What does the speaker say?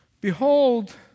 behold